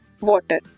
water